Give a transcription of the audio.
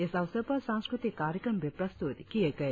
इस अवसर पर सांस्कृतिक कार्यक्रम भी प्रस्तुत किए गए